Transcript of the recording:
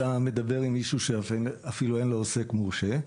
אתה מדבר עם מישהו שאפילו אין לו עוסק מורשה.